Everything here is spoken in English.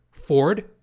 Ford